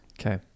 Okay